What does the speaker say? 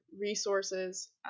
resources